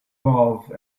valve